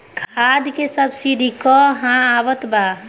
खाद के सबसिडी क हा आवत बा?